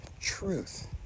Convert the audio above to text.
truth